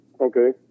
Okay